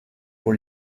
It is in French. pour